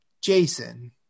Jason